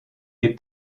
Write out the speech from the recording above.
les